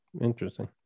interesting